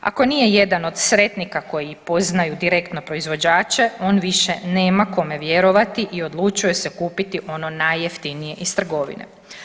Ako nije jedan od sretnika koji poznaju direktno proizvođače, on nema više kome vjerovati i odlučuje se kupiti ono najjeftinije iz trgovine.